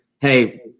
hey